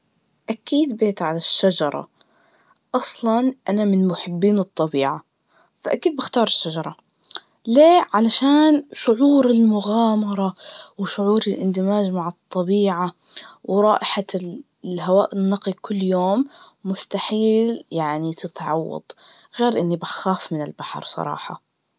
أكيد بين على الشجرة, أصلاً أنا من محبين الطبيعة, فأكيد بختار الشجرة, ليه؟ علشان شعور المغامرة, وشعور الإندماج مع الطبيعة, ورائحة الهواء النقي كل يوم, مستحيل يعني تتعوض, غير إني بخاف من البحر يعني صراحة.